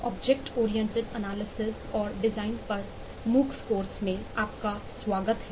object oriented विश्लेषण course में आपका स्वागत है